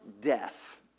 Death